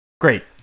Great